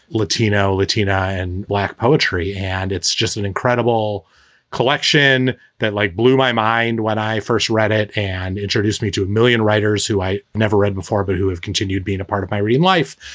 latino, latina and black poetry. and it's just an incredible collection that like, blew my mind when i first read it and introduced me to a million writers who i never read before, but who have continued being a part of my life.